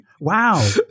Wow